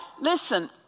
listen